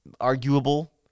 arguable